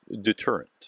deterrent